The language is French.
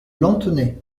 lanthenay